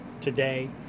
today